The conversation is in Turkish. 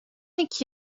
iki